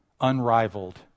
unrivaled